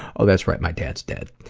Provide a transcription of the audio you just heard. oh, that's right, my dad's dead.